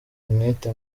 umwete